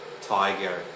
Tiger